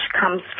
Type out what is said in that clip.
comes